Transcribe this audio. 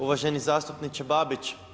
Uvaženi zastupniče Babić.